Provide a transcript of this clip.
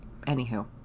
Anywho